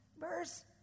verse